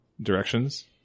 directions